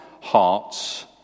hearts